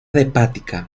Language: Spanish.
hepática